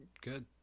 Good